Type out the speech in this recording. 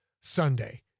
Sunday